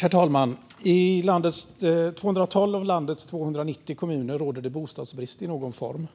Herr talman! I 212 av landets 290 kommuner råder bostadsbrist i någon form.